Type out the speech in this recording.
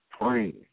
praying